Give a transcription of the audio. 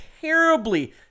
terribly